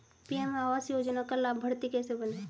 PM आवास योजना का लाभर्ती कैसे बनें?